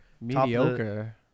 Mediocre